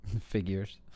figures